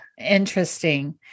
Interesting